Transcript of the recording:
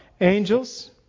Angels